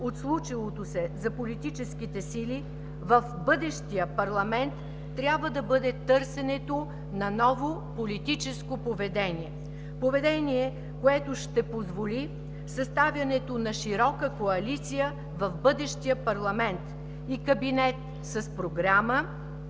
от случилото се за политическите сили в бъдещия парламент трябва да бъде търсенето на ново политическо поведение – поведение, което ще позволи съставянето на широка коалиция в бъдещия парламент и кабинет с програма,